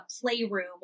playroom